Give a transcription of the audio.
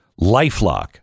LifeLock